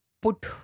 put